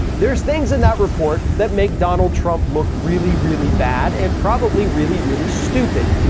there's things in that report that make donald trump look really, really bad and probably really, really stupid.